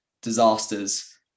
disasters